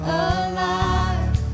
alive